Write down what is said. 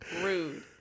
Rude